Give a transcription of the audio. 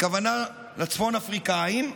הכוונה לצפון-אפריקאים,